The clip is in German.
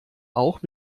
auch